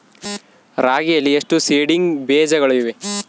ರಾಗಿಯಲ್ಲಿ ಎಷ್ಟು ಸೇಡಿಂಗ್ ಬೇಜಗಳಿವೆ?